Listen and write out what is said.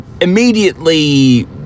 immediately